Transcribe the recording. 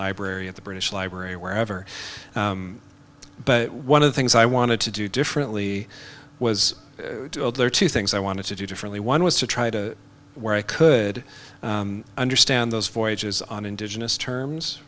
library at the british library or wherever but one of the things i wanted to do differently was there are two things i wanted to do differently one was to try to where i could understand those voyages on indigenous